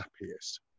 happiest